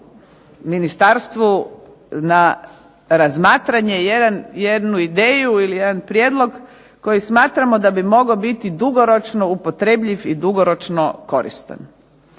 ministarstvu na razmatranje jednu ideju ili jedan prijedlog koji smatramo da bi mogao biti dugoročno upotrebljiv i dugoročno koristan,